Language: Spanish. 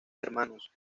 hermanos